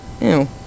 Ew